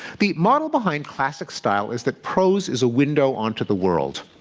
the model behind classic style is that prose is a window onto the world.